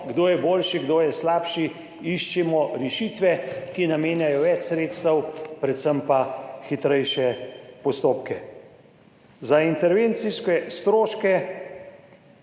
kdo je boljši, kdo je slabši, iščimo rešitve, ki namenjajo več sredstev predvsem pa hitrejše postopke. Za intervencijske stroške